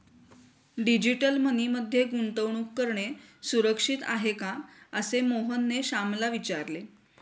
digital money मध्ये गुंतवणूक करणे सुरक्षित आहे का, असे मोहनने श्यामला विचारले